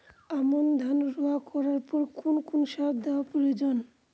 আমন ধান রোয়া করার পর কোন কোন সার দেওয়া প্রয়োজন?